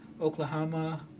oklahoma